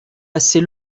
passez